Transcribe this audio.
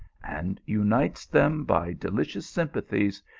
and unites them by delicious sympathies,